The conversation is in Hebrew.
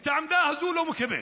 את העמדה הזאת אני לא מקבל.